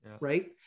right